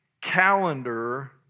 calendar